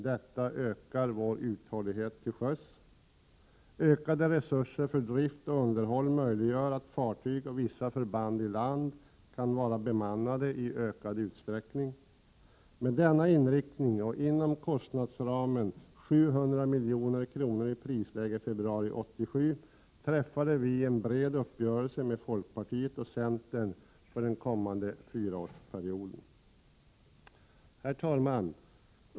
Detta ökar vår uthållighet till sjöss. — Ökade resurser för drift och underhåll möjliggör att fartyg och vissa förband i land kan vara bemannade i ökad utsträckning. Med denna inriktning och inom kostnadsramen 700 milj.kr. i prisläge februari 1987 träffade vi en bred uppgörelse med folkpartiet och centern för den kommande fyraårsperioden. Herr talman!